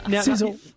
Sizzle